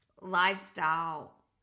lifestyle